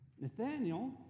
Nathaniel